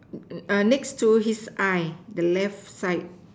uh next to his eye the left side